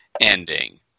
ending